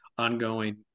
ongoing